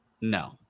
No